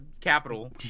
capital